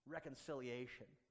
Reconciliation